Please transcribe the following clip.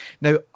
Now